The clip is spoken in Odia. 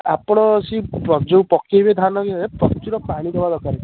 ଆପଣ ସେ ପ ଯେଉଁ ପକାଇବେ ଧାନ ଇଏରେ ପ୍ରଚୁର ପାଣି ଦେବା ଦରକାର